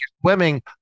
swimming